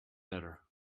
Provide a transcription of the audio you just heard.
better